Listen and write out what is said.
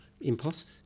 impost